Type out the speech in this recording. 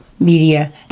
media